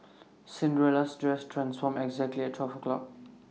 Cinderella's dress transformed exactly at twelve o' clock